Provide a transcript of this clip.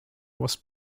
was